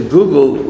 Google